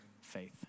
faith